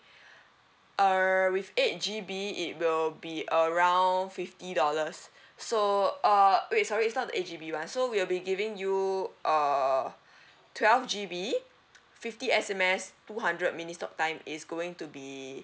err with eight G_B it will be around fifty dollars so uh wait sorry it's not eight G_B [one] so we'll be giving you uh twelve G_B fifty S_M_S two hundred minutes talk time is going to be